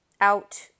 out